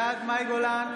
בעד מאי גולן,